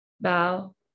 Bow